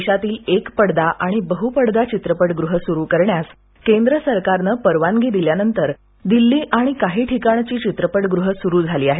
देशातील एकपडदा आणि बहपडदा चित्रपटगुह सुरू करण्यास केंद्र सरकारनम परवानगी दिल्यानंतर दिल्ली आणि काही ठिकाणची चित्रपटगृहंर सुरू झाली आहेत